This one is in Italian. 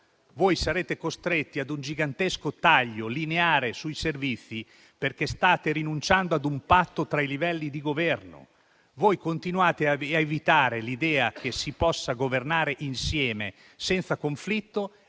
voi sarete costretti ad un gigantesco taglio lineare sui servizi, perché state rinunciando a un patto tra i livelli di governo. Voi continuate ad evitare l'idea che si possa governare insieme senza conflitto